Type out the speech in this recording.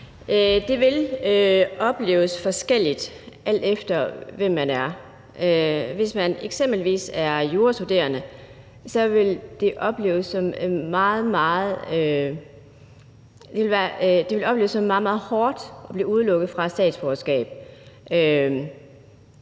Det vil opleves forskelligt, alt efter hvem man er. Hvis man eksempelvis er jurastuderende, vil det opleves som meget, meget hårdt at blive udelukket fra et statsborgerskab.